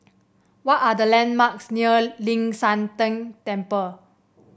what are the landmarks near Ling San Teng Temple